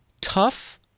tough